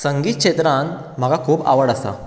संगीत क्षेत्रांत म्हाका खूब आवड आसा